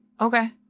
Okay